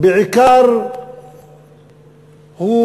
ובעיקר הוא